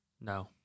no